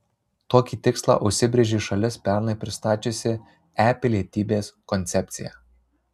tokį tikslą užsibrėžė šalis pernai pristačiusi e pilietybės koncepciją